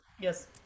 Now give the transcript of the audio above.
Yes